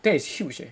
that is huge eh